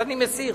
אז אני מסיר.